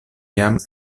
jam